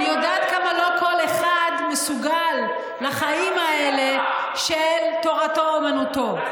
אני יודעת כמה לא כל אחד מסוגל לחיים האלה של תורתו אומנותו.